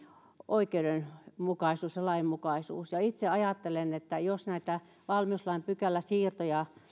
oikeudenmukaisuus ja lainmukaisuus itse ajattelen että jos näitä valmiuslain pykäläsiirtoja